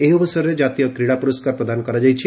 ଏହି ଅବସରରେ ଜାତୀୟ କ୍ରୀଡ଼ା ପୁରସ୍କାର ପ୍ରଦାନ କରାଯାଇଛି